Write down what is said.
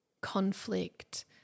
conflict